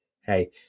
Hey